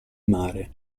mare